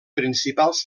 principals